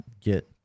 get